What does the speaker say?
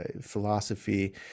philosophy